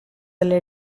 delle